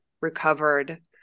recovered